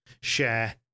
share